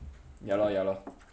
ya lor ya lor